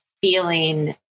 feeling